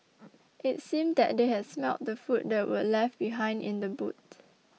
it seemed that they had smelt the food that were left behind in the boot